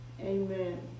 Amen